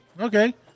okay